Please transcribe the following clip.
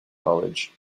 college